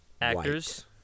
actors